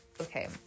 okay